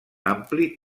ampli